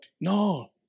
No